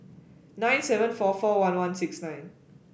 nine seven four four one one six nine